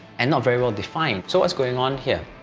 and not very well-defined. so what's going on here?